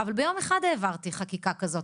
אבל ביום אחד העברתי חקיקה כזאת.